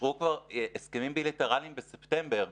אושרו כבר הסכמים בילטרליים בספטמבר.